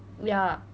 ya